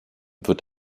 wird